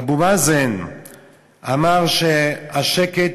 אבו מאזן אמר שהשקט